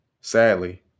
sadly